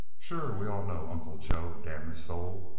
sure. we all know uncle joe damn his soul!